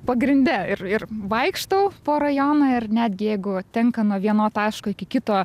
pagrinde ir ir vaikštau po rajoną ir netgi jeigu tenka nuo vieno taško iki kito